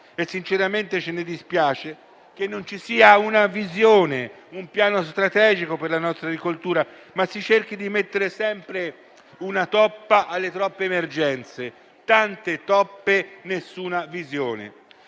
e sinceramente ce ne dispiace - che non ci siano una visione, un piano strategico per la nostra agricoltura, ma che si cerchi di mettere sempre una toppa alle troppe emergenze; tante tappe e nessuna visione.